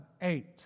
eight